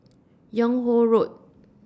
Yung Ho Road